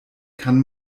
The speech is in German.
kann